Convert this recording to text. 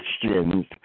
Christians